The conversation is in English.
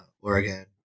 Oregon